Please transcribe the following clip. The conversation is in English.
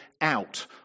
out